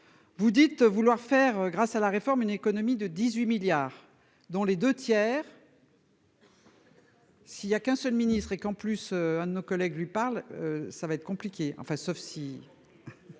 Vous dites vouloir faire grâce à la réforme, une économie de 18 milliards dont les 2 tiers. S'il y a qu'un seul ministre et qu'en plus à nos collègues lui parle. Ça va être compliqué, enfin sauf s'il.